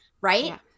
right